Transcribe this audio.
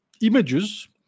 images